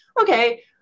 okay